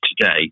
today